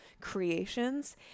creations